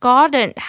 Garden